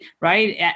right